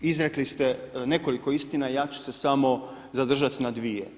Izrekli ste nekoliko istina, ja ću se samo zadržati na dvije.